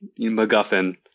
MacGuffin